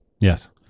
Yes